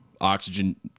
Oxygen